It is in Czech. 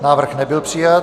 Návrh nebyl přijat.